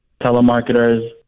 telemarketers